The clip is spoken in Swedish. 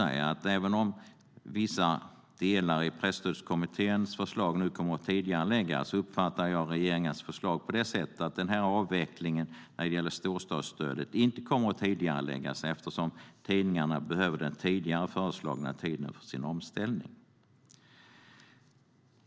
Även om vissa delar i Presstödskommitténs förslag nu kommer att tidigareläggas uppfattar jag regeringens förslag på det sättet att denna avveckling av storstadsstödet inte kommer att tidigareläggas eftersom tidningarna behöver den tidigare föreslagna tiden för sin omställning.